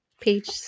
page